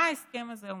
מה ההסכם הזה אומר?